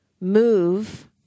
move